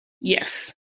Yes